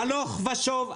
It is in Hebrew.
הלוך ושוב,